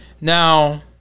Now